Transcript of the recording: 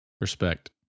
respect